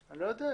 אני לא יודע,